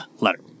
letter